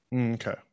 Okay